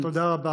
תודה רבה.